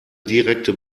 direkte